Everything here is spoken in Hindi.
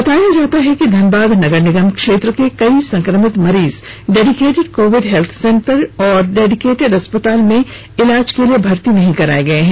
बताया जाता है कि धनबाद नगर निगम क्षेत्र के कई संक्रमित मरीज डेडिकेटेड कोविड हेल्थ सेंटर एवं डेडिकेटेड अस्पताल में इलाज के लिए भर्ती नहीं कराए गए हैं